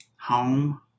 Home